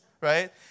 right